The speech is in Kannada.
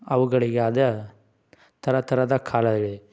ಅವುಗಳಿಗೆ ಆದ ಥರ ಥರದ ಕಾಲವಿದೆ